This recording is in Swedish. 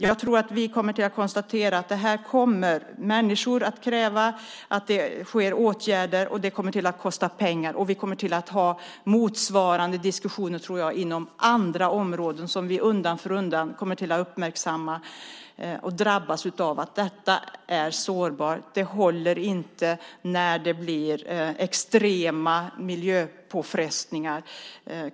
Jag tror att vi kommer att konstatera att människor kommer att kräva åtgärder, och det kommer att kosta pengar. Vi kommer att ha motsvarande diskussioner, tror jag, inom andra områden som vi undan för undan kommer att uppmärksamma. Vi kommer att drabbas av att detta är sårbart. Det håller inte när det blir extrema miljöpåfrestningar.